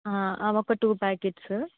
అవొక two packets